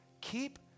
Keep